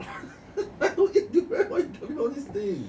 why you tell me all this thing